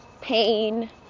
pain